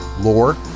lore